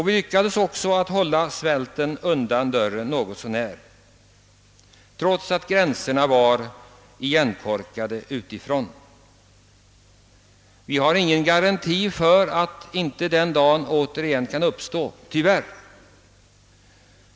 Därmed lyckades vi hålla svälten från dörren något så när, när gränserna korkades igen utifrån. Och vi har tyvärr inga garantier för att inte den dagen kan komma igen.